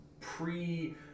pre-